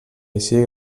així